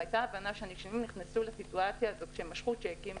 והייתה הבנה שהנישומים נכנסו לסיטואציה הזאת כשהם משכו שיקים,